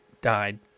died